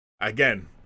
again